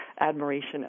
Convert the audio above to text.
admiration